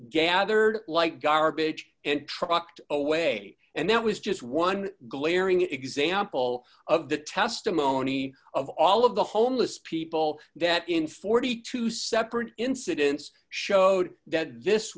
gathered like garbage and trucked away and that was just one glaring example of the testimony of all of the homeless people that in forty two separate incidents showed that this